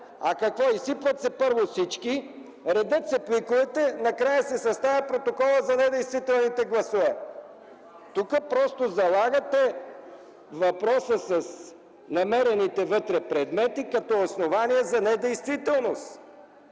какво? Изсипват се първо всички, редят се пликовете, накрая се съставя протоколът за недействителните гласове. Тук просто залагате въпроса с намерените вътре предмети като основание за недействителност.